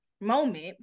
moment